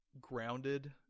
grounded